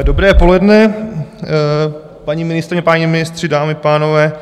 Dobré poledne, paní ministryně, páni ministři, dámy, pánové.